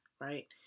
right